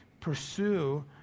pursue